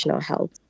health